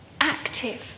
active